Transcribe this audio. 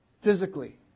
physically